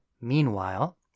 Meanwhile